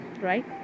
right